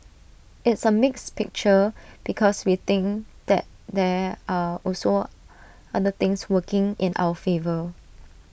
it's A mixed picture because we think that there are also other things working in our favour